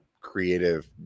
creative